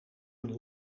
hun